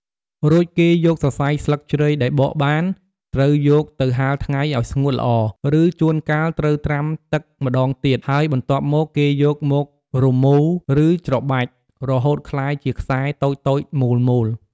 រួចគេយកសរសៃស្លឹកជ្រៃដែលបកបាន ត្រូវយកទៅហាលថ្ងៃឲ្យស្ងួតល្អ ឬជួនកាលត្រូវត្រាំទឹកម្ដងទៀត ហើយបន្ទាប់មក គេយកមក រមូរ ឬច្របាច់ រហូតក្លាយជាខ្សែតូចៗមូលៗ។